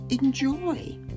Enjoy